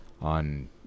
on